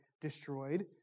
destroyed